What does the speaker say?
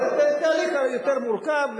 זה תהליך יותר מורכב,